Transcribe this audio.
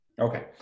Okay